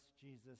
Jesus